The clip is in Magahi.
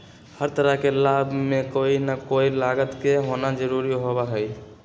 हर तरह के लाभ में कोई ना कोई लागत के होना जरूरी होबा हई